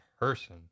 person